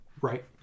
Right